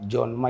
John